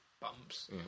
Bumps